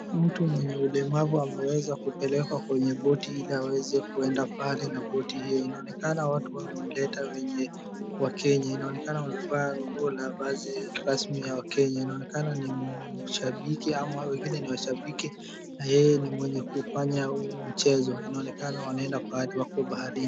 Mtu mwenye ulemavu ameweza kupelekwa kwenye boti ili aweze kuenda pale na boti hiyo. Inaonekana watu wamemleta wenye -- Wakenya inaonekana wamevaa nguo la vazi rasmi ya kenya. Inaonekana ni mshabiki ama wengine ni washabiki na yeye ni mwenye kufanya huu mchezo. Inaonekana wanaenda pahali, wako baharini.